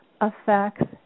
affects